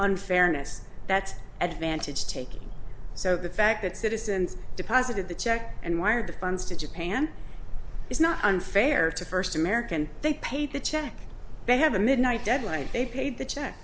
unfairness that advantage taking so the fact that citizens deposited the check and wired the funds to japan is not unfair to first american they paid the check they have a midnight deadline they paid the check